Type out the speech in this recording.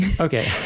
Okay